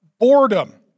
boredom